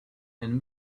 and